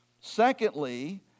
Secondly